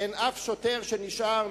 אין אף שוטר שנשאר,